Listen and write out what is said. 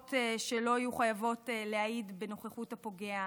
נפגעות שלא יהיו חייבות להעיד בנוכחות הפוגע.